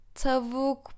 tavuk